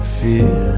fear